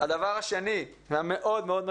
הדבר השני והמשמעותי